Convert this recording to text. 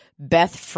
Beth